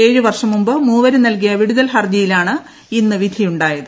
ഏഴ് വർഷം മുമ്പ് മൂവരും നൽകിയ വിടുതൽ ഹർജിയിലാണ് ഇന്ന് വിധിയുണ്ടായത്